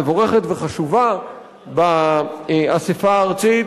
מבורכת וחשובה באספה הארצית